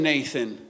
Nathan